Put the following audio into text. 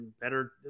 better